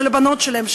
של הבנות שלהן,